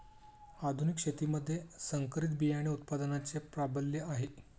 आधुनिक शेतीमध्ये संकरित बियाणे उत्पादनाचे प्राबल्य आहे